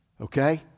Okay